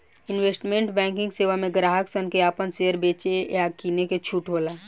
investment banking सेवा में ग्राहक सन के आपन शेयर बेचे आ किने के छूट होला